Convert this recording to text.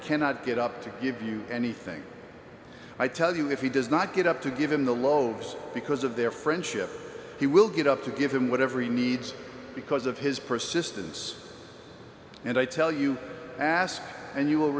cannot get up to give you anything i tell you if he does not get up to give him the loaves because of their friendship he will get up to give him whatever he needs because of his persistence and i tell you ask and you